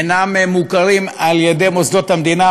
אינם מוכרים על-ידי מוסדות המדינה,